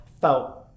felt